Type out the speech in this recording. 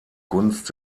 gunst